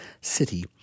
city